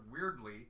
weirdly